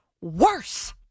worse